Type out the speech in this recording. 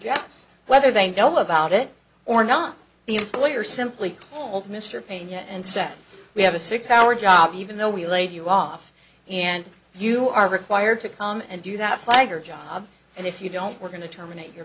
yes whether they know about it or not the employer simply called mr pena and said we have a six hour job even though we laid you off and you are required to come and do that flagger job and if you don't we're going to terminate your